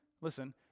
listen